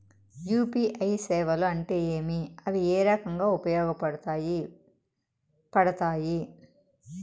UPI సేవలు అంటే ఏమి, అవి ఏ రకంగా ఉపయోగపడతాయి పడతాయి?